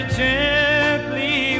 gently